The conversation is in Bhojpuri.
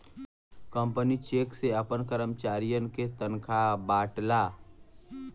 कंपनी चेक से आपन करमचारियन के तनखा बांटला